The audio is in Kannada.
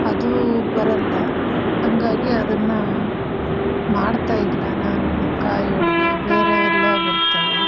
ಅದು ಬರಲ್ಲ ಹಾಗಾಗಿ ಅದನ್ನು ಮಾಡ್ತಾ ಇಲ್ಲ ನಾನೂ ಕಾಯಿ ಹೋಳಿಗೆ ಬೇರೆಯವೆಲ್ಲ ಬರ್ತವೆ